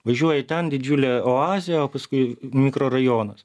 važiuoji ten didžiulė oazė o paskui mikrorajonas